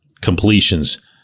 completions